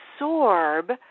absorb